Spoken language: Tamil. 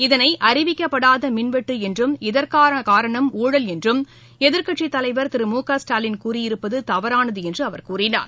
இதனை அறிவிக்கப்படாத மின்வெட்டு என்றும் இதற்கு காரணம் ஊழல் என்றும் எதிர்கட்சி தலைவர் திரு மு க ஸ்டாலின் கூறியிருப்பது தவறானது என்று அவர் கூறினார்